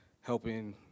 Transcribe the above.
helping